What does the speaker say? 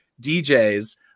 DJs